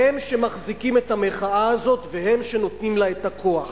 הם שמחזיקים את המחאה הזאת והם שנותנים לה את הכוח.